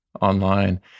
online